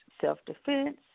self-defense